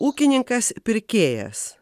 ūkininkas pirkėjas